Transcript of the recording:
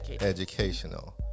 educational